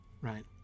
Right